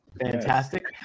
Fantastic